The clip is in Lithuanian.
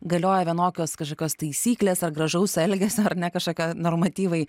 galioja vienokios kažkokios taisyklės ar gražaus elgesio ar ne kažkokie normatyvai